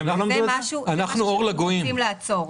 זה דבר שאנחנו רוצים לעצור.